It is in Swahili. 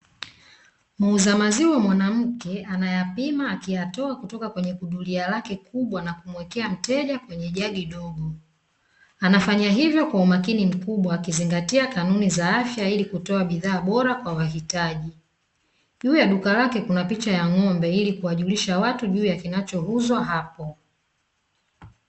Muuza maziwa mwanamke, anayapima kutoka kwenye gudulia lake kubwa na kumuwekea mteja kwenye jagi lake dogo, anafanya hivyo kwa umakini mkubwa akizingatia kanuni za afya ili kutoa bidhaa bora kwa wahitaji. Juu ya duka lake kuna picha ya ng'ombe ili kuwajulisha kinachouzwa hapo.